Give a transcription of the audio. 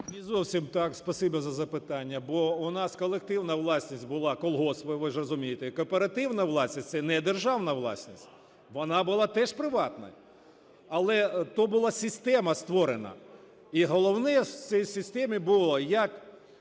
зовсім так. Спасибі за запитання. Бо у нас колективна власність була колгоспною, ви ж розумієте. Кооперативна власність - це не державна власність, вона була теж приватною. Але то була система створена. І головне в цій системі було, як